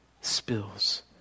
spills